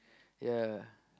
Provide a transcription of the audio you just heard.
ya